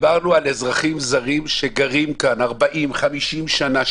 ודיברנו על אזרחים זרים שגרים כאן 40 שנים ואף יותר,